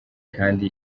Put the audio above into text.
kandi